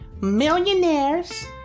millionaires